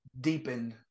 deepened